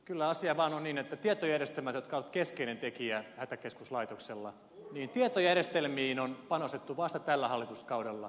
kyllä asia vaan on niin että tietojärjestelmiin jotka ovat keskeinen tekijä hätäkeskuslaitoksella on panostettu vasta tällä hallituskaudella